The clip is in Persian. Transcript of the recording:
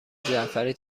جعفری